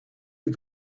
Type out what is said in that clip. you